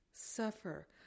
Suffer